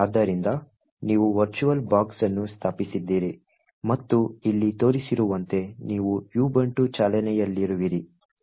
ಆದ್ದರಿಂದ ನೀವು VirtualBox ಅನ್ನು ಸ್ಥಾಪಿಸಿದ್ದೀರಿ ಮತ್ತು ಇಲ್ಲಿ ತೋರಿಸಿರುವಂತೆ ನೀವು Ubuntu ಚಾಲನೆಯಲ್ಲಿರುವಿರಿ ಎಂದು ನಾನು ಭಾವಿಸುತ್ತೇನೆ